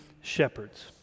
shepherds